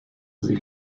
sich